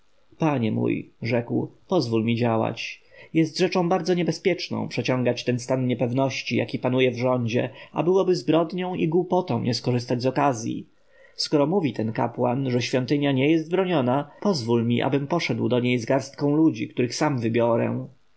panie mój rzekł pozwól mi działać jest rzeczą bardzo niebezpieczną przeciągać ten stan niepewności jaki panuje w rządzie a byłoby zbrodnią i głupotą nie skorzystać z okazji skoro mówi ten kapłan że świątynia nie jest broniona pozwól mi abym poszedł do niej z garstką ludzi których sam wybiorę